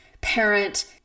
parent